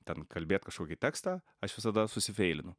ten kalbėt kažkokį tekstą aš visada susifeilinu